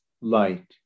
light